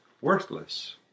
worthless